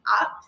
up